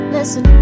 Listen